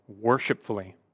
worshipfully